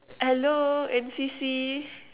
hello N_C_C